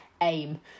aim